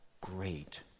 great